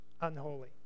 unholy